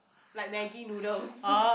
like Maggi noodles